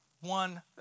one